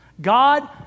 God